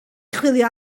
chwilio